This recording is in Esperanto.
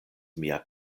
mia